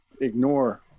ignore